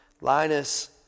Linus